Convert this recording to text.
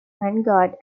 vanguard